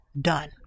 done